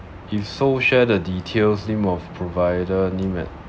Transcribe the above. if so share the details name of provider name and